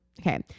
Okay